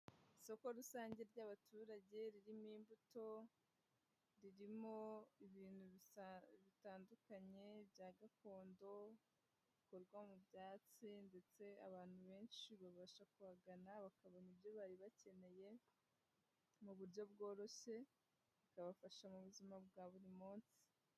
Isoko rusange ry'abaturage ririmo imbuto, ririmo ibintu bitandukanye bya gakondo bikorwa mu byatsi ndetse abantu benshi babasha kuhagana bakabona ibyo bari bakeneye mu buryo bworoshye, babafasha mu buzima bwa buri munsi.